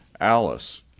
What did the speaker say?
Alice